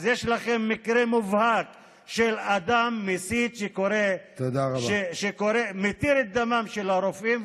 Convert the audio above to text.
יש לכם מקרה מובהק של אדם מסית שמתיר את דמם של הרופאים,